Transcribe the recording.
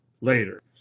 later